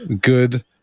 Good